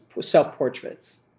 self-portraits